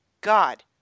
God